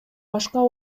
башка